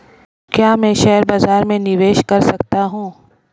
क्या मैं शेयर बाज़ार में निवेश कर सकता हूँ?